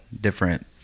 different